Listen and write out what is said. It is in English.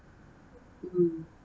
mm